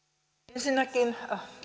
ensinnäkin